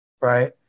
right